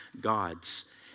gods